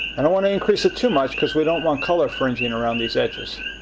i don't want to increase it too much because we don't want color fringing around these edges.